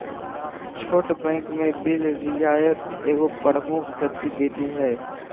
छोट बैंक में बिल रियायत एगो प्रमुख गतिविधि हइ